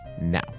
now